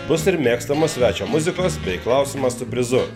bus ir mėgstamos svečio muzikos bei klausimas su prizu